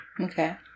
Okay